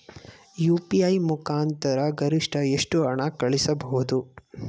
UPI ಮುಖಾಂತರ ಗರಿಷ್ಠ ಎಷ್ಟು ಹಣ ಕಳಿಸಬಹುದು?